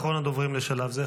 אחרון הדוברים לשלב זה,